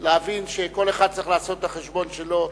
להבין שכל אחד צריך לעשות את החשבון שלו.